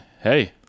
hey